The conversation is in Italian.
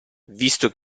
visto